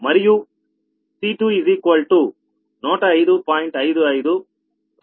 55 Rshr సాధించాం